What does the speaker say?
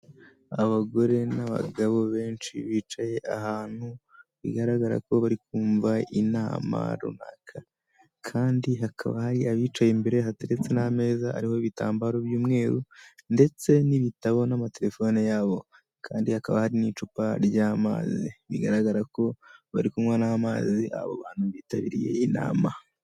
Abagore n'abagabo benshi bicaye ahantu, bigaragara ko bari kumva inama runaka kandi hakaba hari abicaye imbere hateretse n'ameza ariho ibitambaro by'umweru ndetse n'ibitabo n'amatelefone yabo kandi hakaba hari n'icupa ry'amazi bigaragara ko bari kunywa n'amazi abo bantu bitabiriye iyi nama.